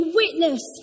witness